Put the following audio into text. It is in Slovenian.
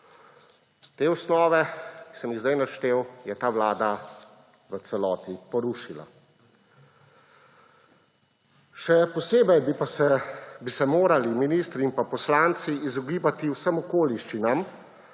Te osnove, ki sem jih sedaj naštel, je ta vlada v celoti porušila. Še posebej bi se morali ministri in pa poslanci izogibati vsem okoliščinam,